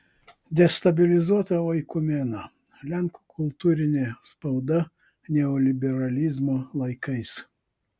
destabilizuota oikumena lenkų kultūrinė spauda neoliberalizmo laikais